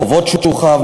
חובות שהוא חב,